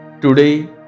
Today